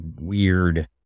weird